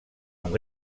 amb